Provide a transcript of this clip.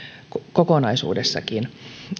kokonaisuudessaankin